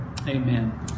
Amen